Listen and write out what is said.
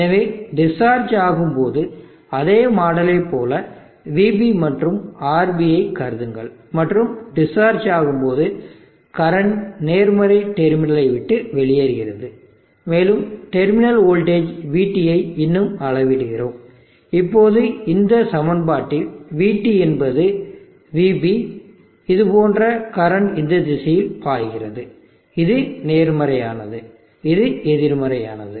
எனவே டிஸ்சார்ஜ் ஆகும்போது அதே மாடலைபோல vB மற்றும் RB ஐ கருதுங்கள் மற்றும் டிஸ்சார்ஜ் ஆகும் போது கரண்ட் நேர்மறை டெர்மினலை விட்டு வெளியேறுகிறது மேலும் டெர்மினல் வோல்டேஜ் vT ஐ இன்னும் அளவிடுகிறோம் இப்போது இந்த சமன்பாட்டில் vT என்பது vB இப்போது கரண்ட் இந்த திசையில் பாய்கிறது இது நேர்மறையானது இது எதிர்மறையானது